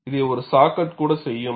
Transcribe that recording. இதை ஒரு சா கட் கூட செய்யும்